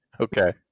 Okay